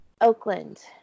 Oakland